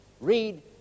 Read